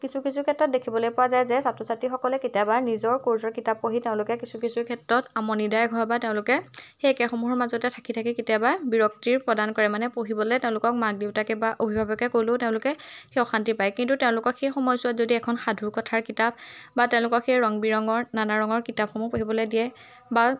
কিছু কিছু ক্ষেত্ৰত দেখিবলৈ পোৱা যায় যে ছাত্ৰ ছাত্ৰীসকলে কেতিয়াবা নিজৰ কৰ্চৰ কিতাপ পঢ়ি তেওঁলোকে কিছু কিছু ক্ষেত্ৰত আমনিদায়ক হয় বা তেওঁলোকে সেই একেসমূহৰ মাজতে থাকি থাকি কেতিয়াবা বিৰক্তিৰ প্ৰদান কৰে মানে পঢ়িবলৈ তেওঁলোকক মাক দেউতাকে বা অভিভাৱকে ক'লেও তেওঁলোকে সেই অশান্তি পায় কিন্তু তেওঁলোকক সেই সময়ছোৱাত যদি এখন সাধু কথাৰ কিতাপ বা তেওঁলোকক সেই ৰং বিৰঙৰ নানা ৰঙৰ কিতাপসমূহ পঢ়িবলৈ দিয়ে বা